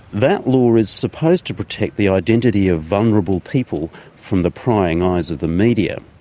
that law is supposed to protect the identity of vulnerable people from the prying eyes of the media.